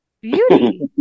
beauty